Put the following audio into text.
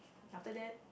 after that